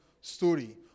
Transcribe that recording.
story